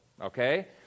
okay